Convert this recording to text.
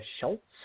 Schultz